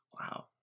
Wow